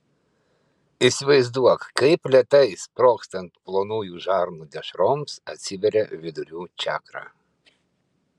įsivaizduok kaip lėtai sprogstant plonųjų žarnų dešroms atsiveria vidurių čakra